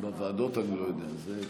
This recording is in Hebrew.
בוועדות אתה יודע אם יש הצבעות?